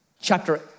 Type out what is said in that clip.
chapter